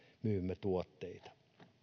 myymme tuotteita